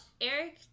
eric